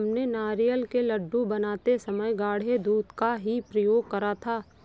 हमने नारियल के लड्डू बनाते समय गाढ़े दूध का ही प्रयोग करा था